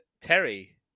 Terry